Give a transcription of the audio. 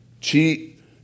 cheat